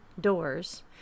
doors